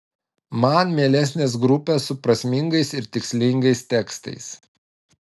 man mielesnės grupės su prasmingais ir tikslingais tekstais